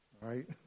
right